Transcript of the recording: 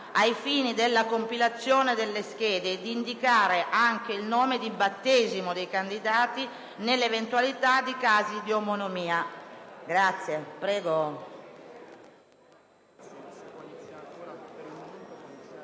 ai fini della compilazione delle schede, di indicare anche il nome di battesimo dei candidati nell'eventualità di casi di omonimia. Dichiaro aperta